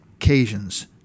occasions